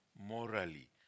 morally